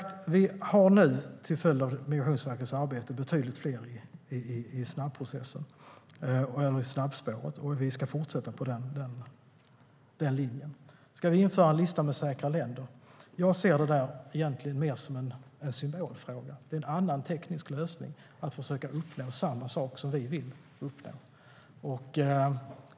Till följd av Migrationsverkets arbete handläggs betydligt fler i snabbspåret, och vi ska fortsätta på den linjen. Ska vi införa en lista med säkra länder? Jag ser det mer som en symbolfråga. Det är en annan teknisk lösning för att försöka uppnå samma sak som vi vill uppnå.